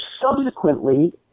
subsequently